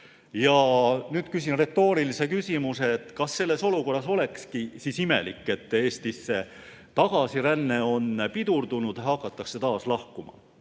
Ja nüüd ma küsin retoorilise küsimuse: kas selles olukorras ongi imelik, et Eestisse tagasiränne on pidurdunud, hakatakse taas lahkuma?